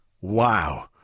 Wow